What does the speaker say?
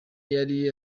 yari